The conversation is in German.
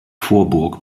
vorburg